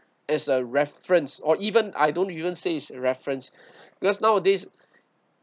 as a reference or even I don't even say it's a reference because nowadays